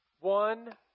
one